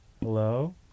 Hello